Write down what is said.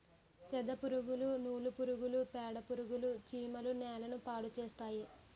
సెదపురుగులు నూలు పురుగులు పేడపురుగులు చీమలు నేలని పాడుచేస్తాయి